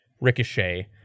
ricochet